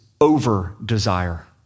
Over-desire